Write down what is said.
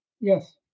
Yes